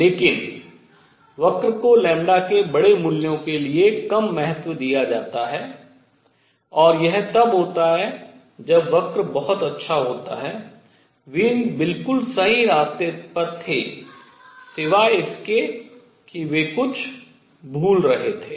लेकिन वक्र को λ के बड़े मूल्यों के लिए कम महत्व दिया जाता है और यह तब होता है जब वक्र बहुत अच्छा होता है वीन बिल्कुल सही रास्ते पर थे सिवाय इसके कि वे कुछ भूल रहे थे